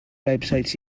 websites